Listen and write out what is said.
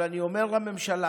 אבל אני אומר לממשלה,